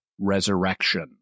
resurrection